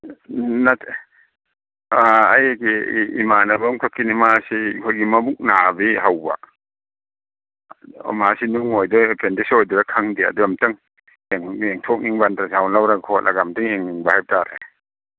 ꯑꯩꯒꯤ ꯏꯃꯥꯟꯅꯕ ꯑꯃꯈꯛꯀꯤꯅꯤ ꯃꯥꯁꯤ ꯑꯩꯈꯣꯏꯒꯤ ꯃꯕꯨꯛ ꯅꯥꯕꯤ ꯍꯧꯕ ꯃꯥꯁꯤ ꯅꯨꯡ ꯑꯣꯏꯗꯣꯏꯔꯥ ꯑꯦꯄꯦꯟꯗꯤꯛꯁ ꯑꯣꯏꯗꯣꯏꯔꯥ ꯈꯪꯗꯦ ꯑꯗꯨ ꯑꯝꯇꯪ ꯌꯦꯡꯊꯣꯛꯅꯤꯡꯕ ꯑꯜꯇ꯭ꯔꯥ ꯁꯥꯎꯟ ꯂꯧꯔ ꯈꯣꯠꯂꯒ ꯑꯝꯇꯪ ꯌꯦꯡꯅꯤꯡꯕ ꯍꯥꯏꯕ ꯇꯥꯔꯦ